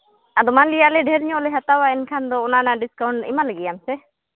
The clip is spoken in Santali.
ᱟᱫᱚ ᱢᱟᱱᱞᱮᱭᱟ ᱟᱞᱮ ᱰᱷᱮᱨ ᱧᱚᱜ ᱞᱮ ᱦᱟᱛᱟᱣᱟ ᱮᱱᱠᱷᱟᱱ ᱫᱚ ᱚᱱᱟ ᱰᱤᱥᱠᱟᱣᱩᱱᱴ ᱮᱢᱟ ᱞᱮᱜᱮᱭᱟᱢ ᱥᱮ